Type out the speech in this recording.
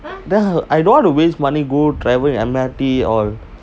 I don't want to waste money go travel in M_R_T all